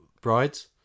brides